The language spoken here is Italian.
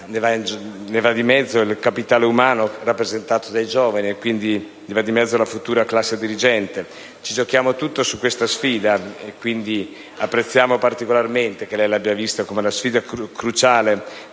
ne va di mezzo il capitale umano rappresentato dai giovani e quindi ne va di mezzo la futura classe dirigente. Ci giochiamo tutto su questa sfida. Quindi, apprezziamo particolarmente il fatto che lei l'abbia considerata come la sfida cruciale